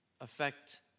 affect